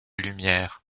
lumière